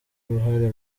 uruhare